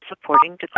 Supporting